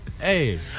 hey